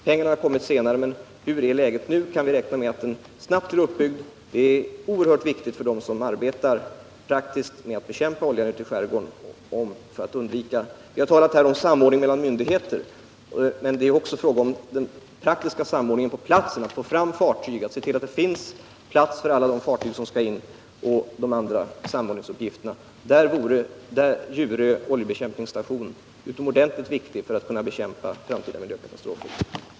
Pengarna har kommit senare, men hur är läget nu? Kan vi räkna med att den snabbt blir uppbyggd? Det är en oerhört viktig fråga för dem som praktiskt arbetar med att bekämpa oljan ute i skärgården. Vi har här talat om samordning mellan myndigheter, men det är också fråga om en praktisk samordning på platsen, att få fram fartyg, se till att det finns plats för alla de fartyg som skall in etc. Djurö oljebekämpningsstation är utomordentligt viktig för att vi skall kunna bekämpa framtida miljökatastrofer.